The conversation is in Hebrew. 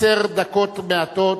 חסר דקות מעטות,